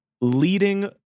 leading